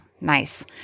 Nice